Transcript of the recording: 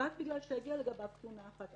רק בגלל שהגיעה לגביו תלונה אחת.